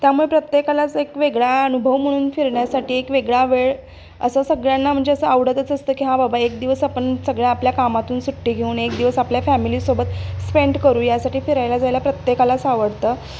त्यामुळे प्रत्येकालाच एक वेगळा अनुभव म्हणून फिरण्यासाठी एक वेगळा वेळ असं सगळ्यांना म्हणजे असं आवडतच असतं की हा बाबा एक दिवस आपण सगळ्या आपल्या कामातून सुट्टी घेऊन एक दिवस आपल्या फॅमिलीसोबत स्पेंड करू यासाठी फिरायला जायला प्रत्येकालाच आवडतं